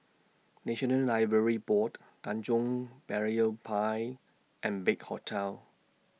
National Library Board Tanjong Berlayer Pier and Big Hotel